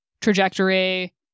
trajectory